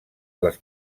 les